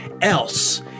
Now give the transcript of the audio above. else